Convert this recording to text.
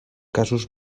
casos